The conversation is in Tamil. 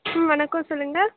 ம் வணக்கம் சொல்லுங்கள்